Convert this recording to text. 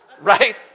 Right